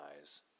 eyes